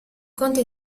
conte